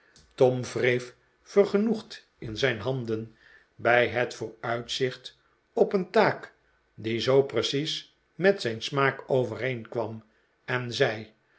tom wreef vergenoegd in zijn handen bij het vooruitzicht op een taak die zoo precies met zijn smaak dvereenkwam en zei